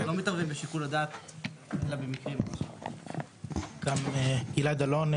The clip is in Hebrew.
אנחנו לא מתערבים בשיקול הדעת אלא במקרים ---- גלעד אלון,